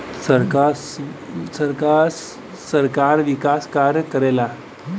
सरकार विकास कार्य करला